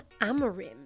Amarim